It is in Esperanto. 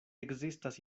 ekzistas